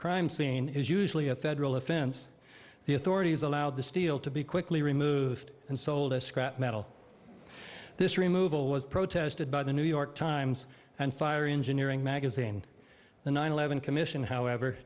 crime scene is usually a federal offense the authorities allowed the steel to be quickly removed and sold as scrap metal this removal was protested by the new york times and fire engineering magazine the nine eleven commission however